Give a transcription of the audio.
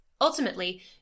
Ultimately